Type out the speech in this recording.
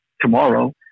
tomorrow